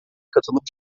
katılım